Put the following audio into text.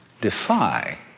defy